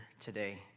today